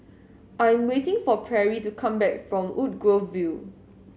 I'm waiting for Perry to come back from Woodgrove View